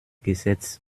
gesetzt